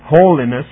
holiness